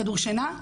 כדור שינה,